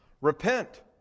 Repent